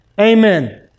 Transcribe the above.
Amen